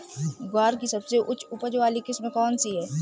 ग्वार की सबसे उच्च उपज वाली किस्म कौनसी है?